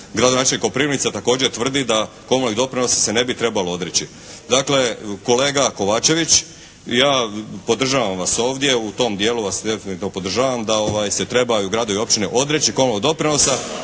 gradonačelnik Koprivnice također tvrdi da komunalnih doprinosa se ne bi trebalo odreći. Dakle, kolega Kovačević ja podržavam vas ovdje, u tom dijelu vas definitivno podržavam da se trebaju gradovi i općine odreći komunalnog doprinosa